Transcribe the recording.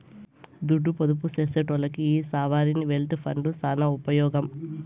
దుడ్డు పొదుపు సేసెటోల్లకి ఈ సావరీన్ వెల్త్ ఫండ్లు సాన ఉపమోగం